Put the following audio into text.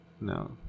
no